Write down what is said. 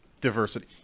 Diversity